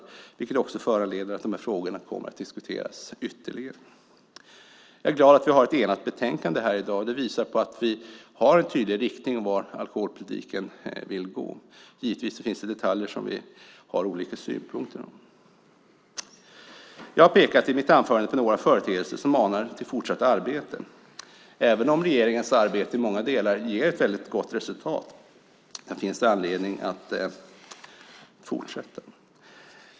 Det innebär också att de här frågorna kommer att diskuteras ytterligare. Jag är glad att vi har ett enigt betänkande här i dag. Det visar att vi har en tydlig riktning för alkoholpolitiken. Det finns givetvis detaljer som vi har olika synpunkter på. I mitt anförande har jag pekat på några företeelser som manar till fortsatt arbete. Även om regeringens arbete i många delar ger ett väldigt gott resultat finns det anledning att fortsätta.